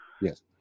Yes